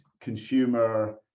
consumer